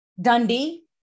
dundee